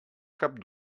cap